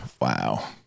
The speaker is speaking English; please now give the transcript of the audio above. Wow